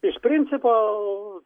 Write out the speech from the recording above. iš principo